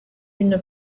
une